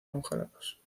congelados